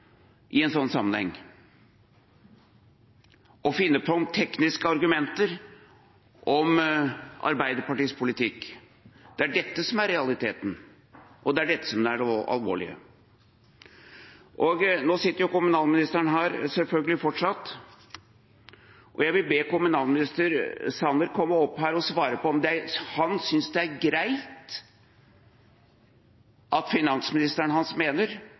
i en sånn sammenheng – å finne på tekniske argumenter om Arbeiderpartiets politikk. Det er dette som er realiteten. Og det er dette som er det alvorlige. Kommunalministeren sitter her fortsatt, selvfølgelig, og jeg vil be kommunalminister Sanner om å komme opp her og svare på om han synes det er greit at finansministeren hans mener